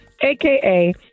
aka